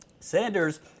Sanders